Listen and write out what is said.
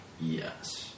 Yes